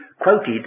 quoted